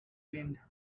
wind